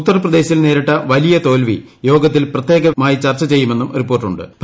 ഉത്തർപ്രദേശിൽ നേരിട്ട വലിയ ത്യോൽവീ യോഗത്തിൽ പ്രത്യേകമായി ചർച്ചു ചെയ്യുമെന്നും റിപ്പോർട്ടുണ്ട്ട്